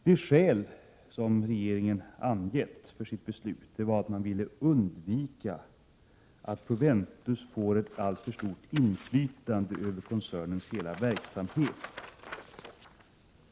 Det skäl som regeringen har angett för sitt beslut var att man ville undvika att Proventus får ett alltför stort inflytande över koncernens hela verksamhet.